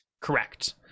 Correct